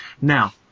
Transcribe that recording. Now